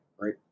right